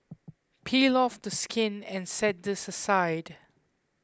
peel off the skin and set this aside